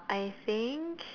I think